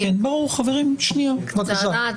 בבקשה.